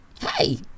hey